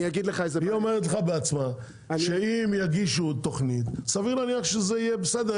היא אומרת לך בעצמה שאם יגישו עוד תוכנית סביר להניח שזה יהיה בסדר,